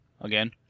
again